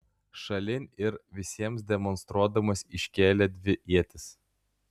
šalin ir visiems demonstruodamas iškėlė dvi ietis